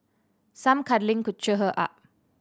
some cuddling could cheer her up